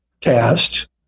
cast